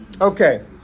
Okay